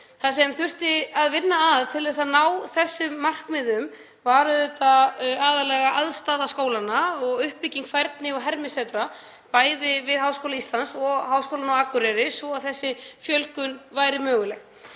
Það sem þurfti að vinna til að ná þessum markmiðum var auðvitað aðallega aðstaða skólanna og uppbygging færni- og hermisetra, bæði við Háskóla Íslands og Háskólann á Akureyri, svo að þessi fjölgun væri möguleg.